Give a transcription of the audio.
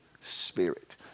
Spirit